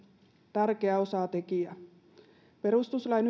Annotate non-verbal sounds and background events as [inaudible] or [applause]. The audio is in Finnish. tärkeä osatekijä perustuslain [unintelligible]